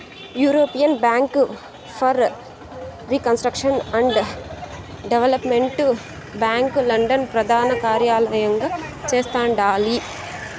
European bank for reconstruction and development bank London ప్రదానకార్యలయంగా చేస్తండాలి